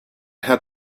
had